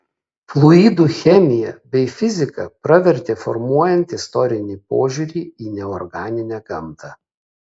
fluidų chemija bei fizika pravertė formuojant istorinį požiūrį į neorganinę gamtą